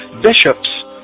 Bishops